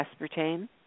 aspartame